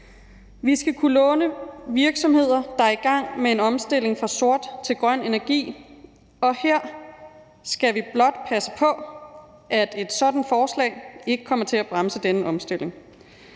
Vi skal kunne låne penge til virksomheder, der er i gang med en omstilling fra sort til grøn energi, og her skal vi blot passe på, at et sådant forslag ikke kommer til at bremse denne omstilling.